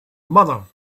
mother